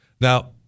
Now